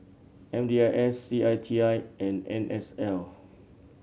M D I S C I T I and N S L